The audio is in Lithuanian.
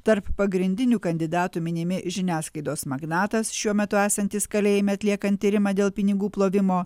tarp pagrindinių kandidatų minimi žiniasklaidos magnatas šiuo metu esantis kalėjime atliekant tyrimą dėl pinigų plovimo